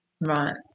Right